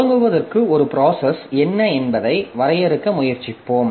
தொடங்குவதற்கு ஒரு ப்ராசஸ் என்ன என்பதை வரையறுக்க முயற்சிப்போம்